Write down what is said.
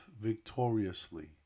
victoriously